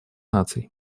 наций